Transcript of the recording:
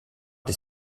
des